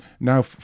now